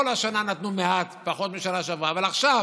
כל השנה נתנו מעט, פחות מבשנה שעברה, אבל עכשיו